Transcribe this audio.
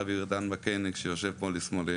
הרב עידן מקאניק שיושב פה לשמאלי.